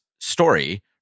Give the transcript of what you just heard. story